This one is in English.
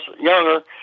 younger